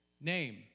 Name